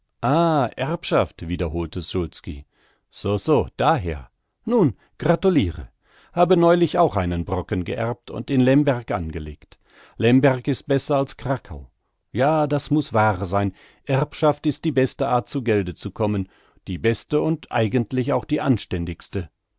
erbschaft wiederholte szulski so so daher nun gratulire habe neulich auch einen brocken geerbt und in lemberg angelegt lemberg ist besser als krakau ja das muß wahr sein erbschaft ist die beste art zu gelde zu kommen die beste und eigentlich auch die anständigste